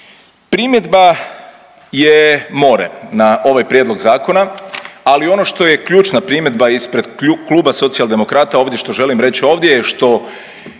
Primjedba je more na ovaj prijedlog zakona, ali ono što je ključna primjedba ispred Kluba Socijaldemokrata ovdje što želim reći ovdje je što